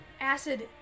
Acid